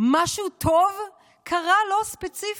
שמשהו טוב קרה לו ספציפית?